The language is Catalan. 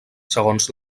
segons